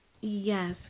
Yes